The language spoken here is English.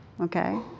Okay